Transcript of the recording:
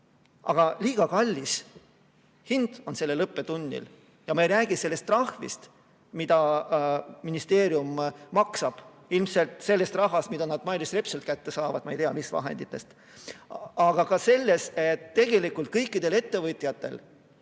Aga liiga kallis hind on sellel õppetunnil, ja ma ei räägi sellest trahvist, mida ministeerium maksab ilmselt sellest rahast, mille nad Mailis Repsilt kätte saavad, ma ei tea, mis vahenditest. Tegelikult kõikidel ettevõtjatel,